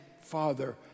Father